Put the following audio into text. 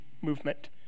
movement